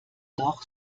doch